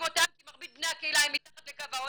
אותם כי מרבית בני הקהילה הם מתחת לקו העוני.